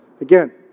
Again